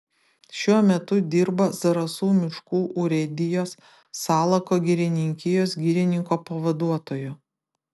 šiuo metu dirba zarasų miškų urėdijos salako girininkijos girininko pavaduotoju